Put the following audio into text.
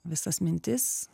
visas mintis